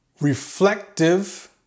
Reflective